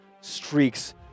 streaks